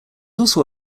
also